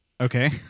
Okay